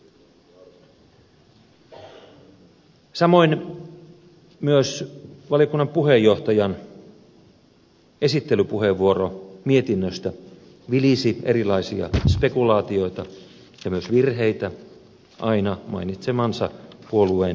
samoin myös valiokunnan puheenjohtajan esittelypuheenvuoro mietinnöstä vilisi erilaisia spekulaatioita ja myös virheitä aina mainitsemansa puolueen nimeä myöten